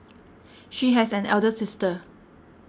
she has an elder sister